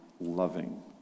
loving